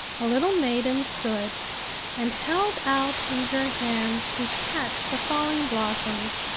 a little maiden stood and held out eager hands to catch the falling blossoms.